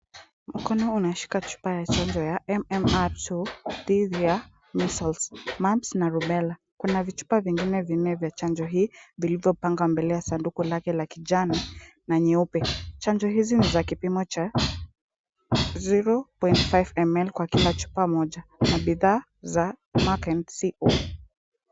Mkono unashika chupa ya chanjo ya MMR2 dhidi ya Measles, Mumps na Rubella , kuna vichupa vingine vinne vya chanjo hii vilivyopangwa mbele ya sanduku lake ya kijani na nyeupe. Chanjo hizi ni za kipimo cha 0.5ml kwa chupa moja na bidhaa za Mark and Co.